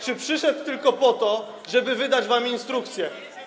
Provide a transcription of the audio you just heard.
Czy przyszedł tylko po to, żeby wydać wam instrukcje?